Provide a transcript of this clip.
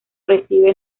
recibe